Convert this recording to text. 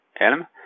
Elm